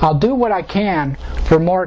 i'll do what i can for more